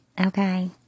okay